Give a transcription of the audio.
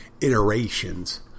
iterations